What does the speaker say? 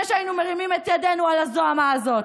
שהיינו מרימים את ידנו על הזוהמה הזאת.